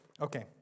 Okay